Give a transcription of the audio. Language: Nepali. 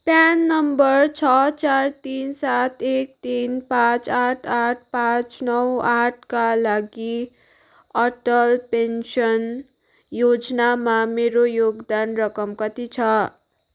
प्यान नम्बर छ चार तिन सात एक तिन पाँच आठ आठ पाँच नौ आठका लागि अटल पेन्सन योजनामा मेरो योगदान रकम कति छ